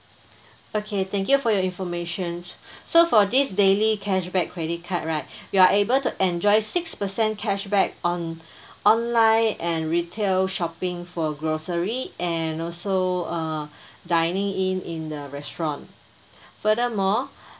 okay thank you for your informations so for this daily cashback credit card right you are able to enjoy six percent cashback on online and retail shopping for grocery and also uh dining in in the restaurant furthermore